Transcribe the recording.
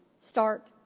start